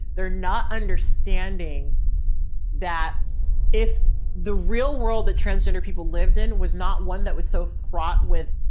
they're not understanding that if the real world that transgender people lived in was not one that was so fraught with,